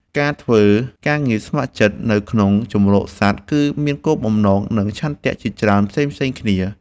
ការធ្វើការងារស្ម័គ្រចិត្តនៅក្នុងជម្រកសត្វ គឺមានគោលបំណង និងឆន្ទៈជាច្រើនផ្សេងៗគ្នា។